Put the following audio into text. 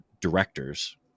directors